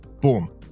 boom